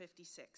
56